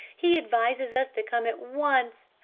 he advises us to come at once!